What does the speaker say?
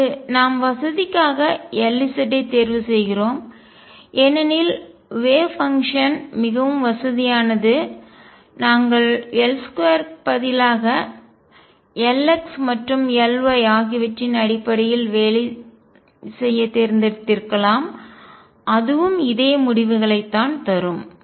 இங்கு நாம் வசதிக்காக Lz ஐ தேர்வு செய்கிறோம் ஏனெனில் வேவ் பங்ஷன் அலை செயல்பாடு மிகவும் வசதியானது நாங்கள் L2 பதிலாக Lx மற்றும் Ly ஆகியவற்றின் அடிப்படையில் வேலை செய்ய தேர்ந்தெடுத்திருக்கலாம் அதுவும் இதே முடிவுகளை தான் தரும்